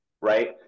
right